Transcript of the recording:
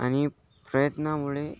आणि प्रयत्नामुळे